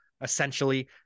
essentially